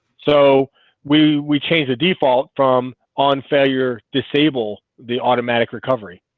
so we we change the default from on failure disable the automatic recovery,